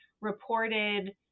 reported